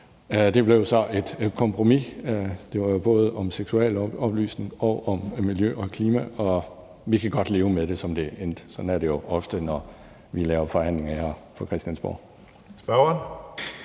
Det blev så et kompromis. Det var både om seksualoplysning og miljø og klima, og vi kan godt leve med det, som det endte. Sådan er det jo ofte, når vi laver forhandlinger her på Christiansborg. Kl.